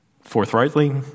forthrightly